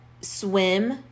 swim